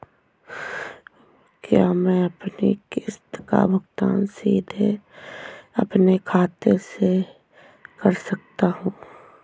क्या मैं अपनी किश्त का भुगतान सीधे अपने खाते से कर सकता हूँ?